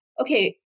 okay